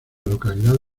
localidad